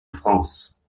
france